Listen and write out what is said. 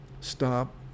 Stop